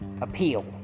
appeal